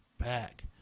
back